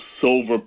silver